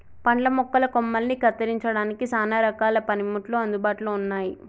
పండ్ల మొక్కల కొమ్మలని కత్తిరించడానికి సానా రకాల పనిముట్లు అందుబాటులో ఉన్నాయి